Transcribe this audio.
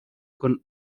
con